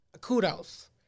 kudos